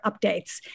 updates